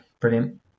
brilliant